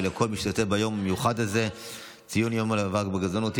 ולכל מי שהשתתף ביום המיוחד הזה לציון יום המאבק בגזענות.